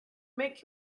make